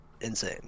insane